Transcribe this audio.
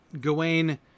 Gawain